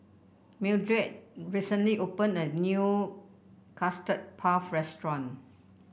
Mildred recently opened a new Custard Puff Restaurant